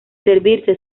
servirse